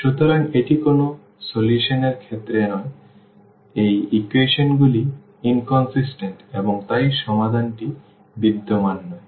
সুতরাং এটি কোনও সমাধান এর ক্ষেত্রে নয় এবং ইকুয়েশন গুলি ইনকন্সিস্টেন্ট এবং তাই সমাধানটি বিদ্যমান নয়